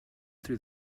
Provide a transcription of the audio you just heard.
threw